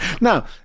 now